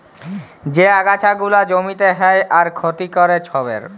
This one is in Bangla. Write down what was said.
যে আগাছা গুলা জমিতে হ্যয় আর ক্ষতি ক্যরে ছবের